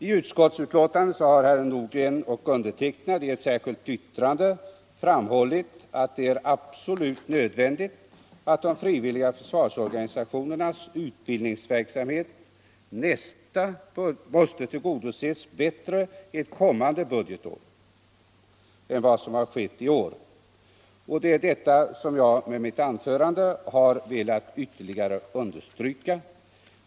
I utskottsbetänkandet har herr Nordgren och jag i ett särskilt yttrande framhållit att det är absolut nödvändigt att de frivilliga försvarsorganisationernas utbildningsverksamhet tillgodoses bättre ett kommande budgetår än vad som skett i år. Och det är detta som jag med mitt anförande velat ytterligare understryka.